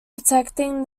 protecting